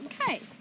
Okay